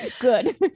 Good